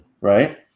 right